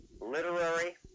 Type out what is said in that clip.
literary